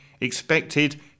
expected